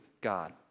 God